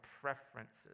preferences